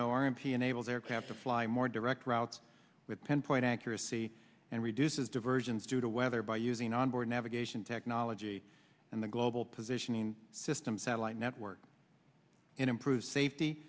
know r m p enable their cap to fly more direct routes with pinpoint accuracy and reduces diversions due to weather by using onboard navigation technology and the global positioning system satellite network improve safety